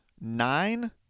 nine